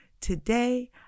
today